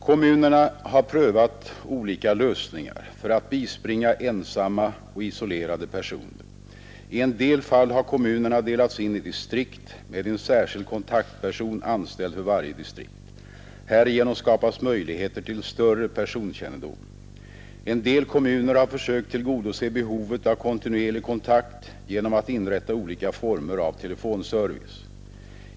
Kommunerna har prövat olika lösningar för att bispringa ensamma och isolerade personer. I en del fall har kommunerna delats in i distrikt med en särskild kontaktperson anställd för varje distrikt. Härigenom skapas möjligheter till större personkännedom. En del kommuner har försökt tillgodose behovet av kontinuerlig kontakt genom att inrätta olika former av telefonservice.